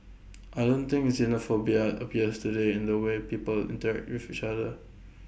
I don't think xenophobia appears today in the way people interact with each other